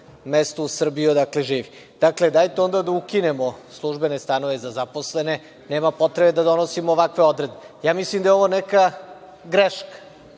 mestu u Srbiji gde živi. Dakle, dajte onda da ukinemo službene stanove za zaposlene. Nema potrebe da donosimo ovakve odredbe. Mislim da je ovo neka greška